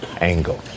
angle